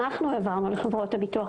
אנו העברנו לחברות הביטוח.